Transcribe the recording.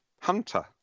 Hunter